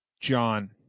John